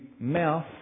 mouth